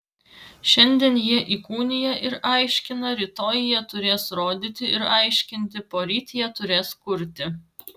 šiandien jie įkūnija ir aiškina rytoj jie turės rodyti ir aiškinti poryt jie turės kurti